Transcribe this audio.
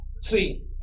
see